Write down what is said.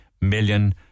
million